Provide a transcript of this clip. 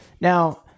Now